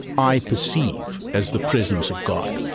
i perceive as the presence of god.